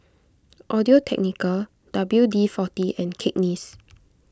Audio Technica W D forty and Cakenis